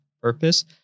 purpose